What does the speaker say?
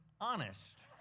honest